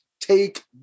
take